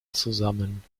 zusammen